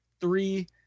three